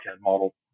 model